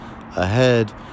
ahead